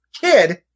kid